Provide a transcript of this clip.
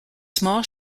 small